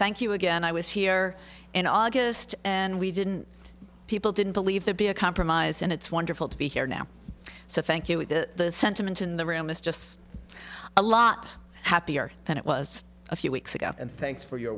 thank you again i was here in august and we didn't people didn't believe there be a compromise and it's wonderful to be here now so thank you with the sentiment in the room is just a lot happier than it was a few weeks ago and thanks for your